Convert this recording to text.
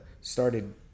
started